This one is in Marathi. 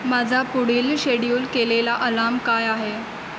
माझा पुढील शेड्युल केलेला अलाम काय आहे